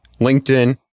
LinkedIn